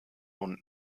und